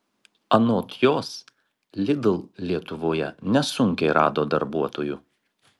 anot jos lidl lietuvoje nesunkiai rado darbuotojų